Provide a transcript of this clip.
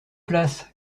place